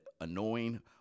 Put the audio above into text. annoying